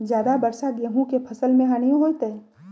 ज्यादा वर्षा गेंहू के फसल मे हानियों होतेई?